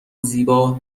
زیبا